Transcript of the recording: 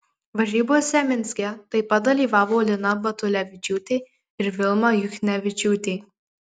varžybose minske taip pat dalyvavo lina batulevičiūtė ir vilma juchnevičiūtė